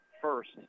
first